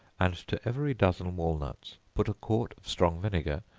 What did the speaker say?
and to every dozen walnuts put a quart of strong vinegar,